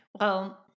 well-